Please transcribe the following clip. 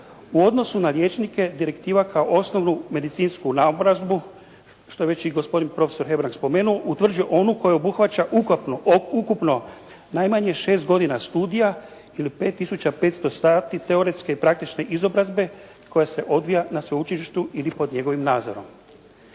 U odnosu na liječnike, direktiva kao osnovnu medicinsku naobrazbu što je već i gospodin profesor Hembrang spomenuo utvrđuje onu koja obuhvaća ukupno najmanje 6 godina studija ili 5 tisuća 500 sati teoretske i praktične izobrazbe koja se odvija na sveučilištu ili pod njegovim nadzorom.